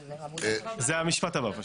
זה המשפט הבא.